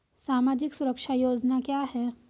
सामाजिक सुरक्षा योजना क्या है?